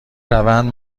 روند